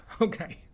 Okay